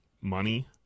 money